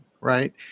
right